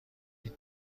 لیتر